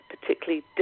particularly